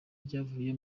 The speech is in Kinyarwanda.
ryavuye